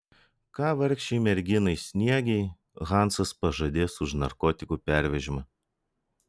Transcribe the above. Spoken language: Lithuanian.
ką vargšei merginai sniegei hansas pažadės už narkotikų pervežimą